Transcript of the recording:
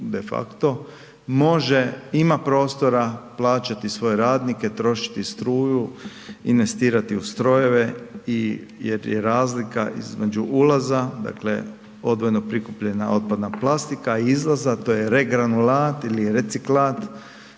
de facto, može i ima prostora plaćati svoje radnike, trošiti struju, investirati u strojeve jer je razlika između ulaza odvojeno prikupljena otpadna plastika i izlaza to je regranulat ili reciklat